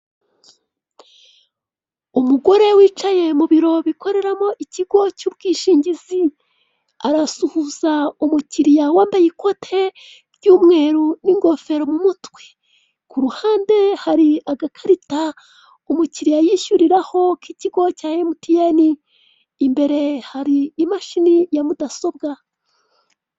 Umugore wicaye mu biro bikoreramo ikigo cy'ubwishingizi, arasuhuza umukiliya wambaye ikote ry'umweru ingofero mu mutwe. Ku ruhande hari agakarita umukiliya yishyurira aho k'ikigo cya emutiyeni. Imbere hari imashini ya mudasobwa.